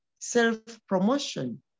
self-promotion